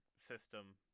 system